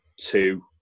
two